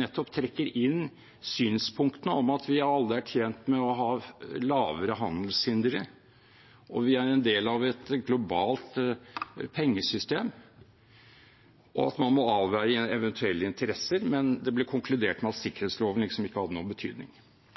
nettopp trekker inn synspunktene om at vi alle er tjent med å ha lavere handelshindre, og vi er en del av et globalt pengesystem. Man må avveie eventuelle interesser, men det ble konkludert med at